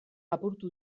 apurtu